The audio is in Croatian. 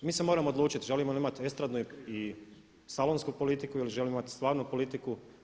Mi se moramo odlučiti želimo ili imati estradnu i salonsku politiku ili želimo imati stvarnu politiku.